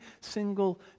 single